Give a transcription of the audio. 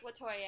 LaToya